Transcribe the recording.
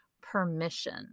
permission